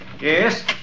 Yes